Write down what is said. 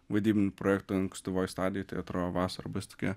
vaidybinių projektų ankstyvoj stadijoj tai atrodo vasara bus tokia